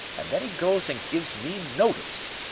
and then e goes and gives me notice.